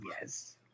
Yes